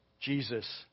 Jesus